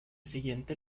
siguiente